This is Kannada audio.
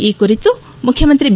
ಈ ಕುರಿತು ಮುಖ್ಯಮಂತ್ರಿ ಬಿ